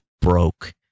broke